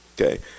Okay